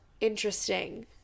interesting